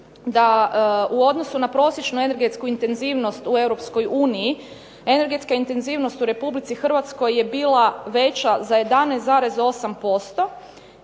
u odnosu na prosječnu energetsku intenzivnost u EU energetska